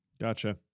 Gotcha